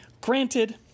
Granted